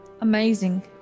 Amazing